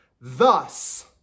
Thus